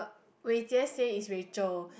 Wei-Jie say it's Rachel